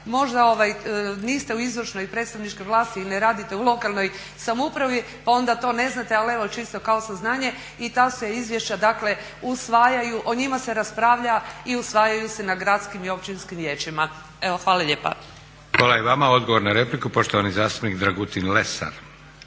Možda niste u izvršnoj i predstavničkoj vlasti i ne radite u lokalnoj samoupravi pa onda to ne znate, ali evo čisto kao saznanje. I ta se izvješća dakle usvajaju, o njima se raspravlja i usvajaju se na gradskim i općinskim vijećima. Evo hvala lijepa. **Leko, Josip (SDP)** Hvala i vama. Odgovor na repliku poštovani zastupnik Dragutin Lesar.